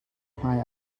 hmai